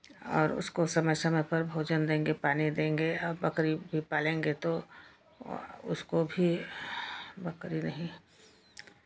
और उसको समय समय पर भोजन देंगे पानी देंगे आ बकरी भी पालेंगे तो उसको भी बकरी नहीं